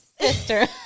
sister